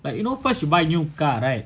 but you know first you buy new car right